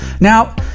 Now